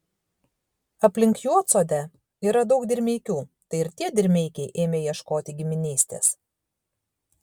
aplink juodsodę yra daug dirmeikių tai ir tie dirmeikiai ėmė ieškoti giminystės